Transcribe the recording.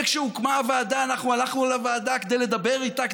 וכשהוקמה הוועדה אנחנו הלכנו לוועדה כדי לדבר איתה,